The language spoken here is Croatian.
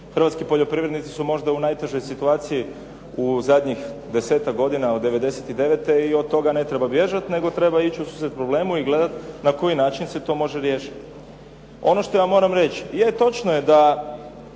hrvatski poljoprivrednici su možda u najtežoj situaciji u zadnjih 10-ak godina od '99. i od toga ne treba bježati nego treba ići ususret problemu i gledati na koji način se to može riješiti. Ono što ja moram reći, je točno je da